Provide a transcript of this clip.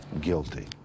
guilty